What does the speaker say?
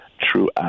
True